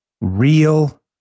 real